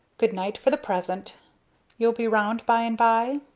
good-night for the present you'll be round by and by?